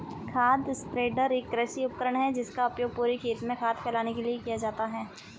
खाद स्प्रेडर एक कृषि उपकरण है जिसका उपयोग पूरे खेत में खाद फैलाने के लिए किया जाता है